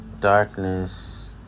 darkness